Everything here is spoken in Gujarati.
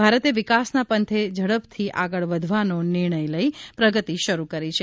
ભારતે વિકાસના પંથે ઝડપથી આગળ વધવાનો નિર્ણય લઇ પ્રગતિ શરૂ કરી છે